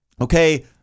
okay